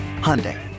Hyundai